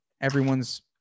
everyone's